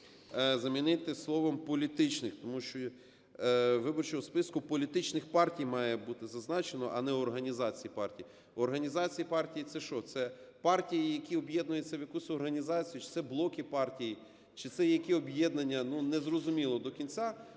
замінити словом "політичних", тому що у виборчому списку "політичних партій" має бути зазначено, а не "організацій партій". Організації партій - це що? Це партії, які об'єднуються в якусь організацію? Чи це блоки партій? Чи це які об'єднання? Ну, не зрозуміло до кінця.